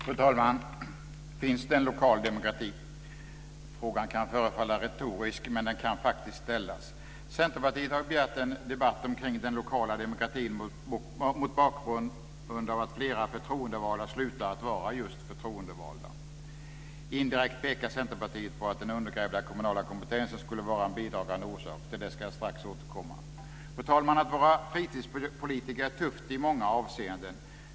Fru talman! Finns det en lokal demokrati? Frågan kan förefalla retorisk, men den kan faktiskt ställas. Centerpartiet har begärt en debatt om den lokala demokratin mot bakgrund av att flera förtroendevalda har slutat att vara just förtroendevalda. Indirekt pekar Centerpartiet på att den undergrävda kommunala kompetensen skulle vara en bidragande orsak. Till det ska jag strax återkomma. Fru talman! Att vara fritidspolitiker är tufft i många avseenden.